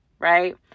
right